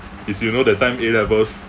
it's you know that time A levels